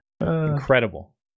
Incredible